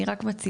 אני רק מציעה.